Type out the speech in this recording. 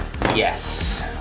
Yes